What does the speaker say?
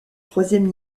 troisième